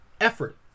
Effort